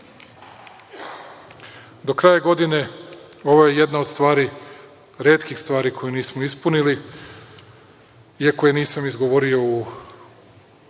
kraja godine ovo je jedna od stvari, retkih stvari koje nismo ispunili iako je nisam izgovorio u